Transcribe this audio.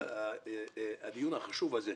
הדיון החשוב הזה.